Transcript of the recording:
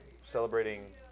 celebrating